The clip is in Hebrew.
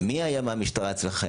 מי היה מהמשטרה אצלכם?